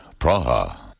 Praha